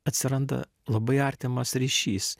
atsiranda labai artimas ryšys